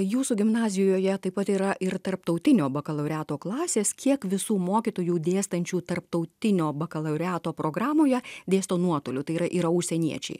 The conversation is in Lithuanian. jūsų gimnazijoje taip pat yra ir tarptautinio baka laureato klasės kiek visų mokytojų dėstančių tarptautinio bakalaureato programoje dėsto nuotoliu tai yra yra užsieniečiai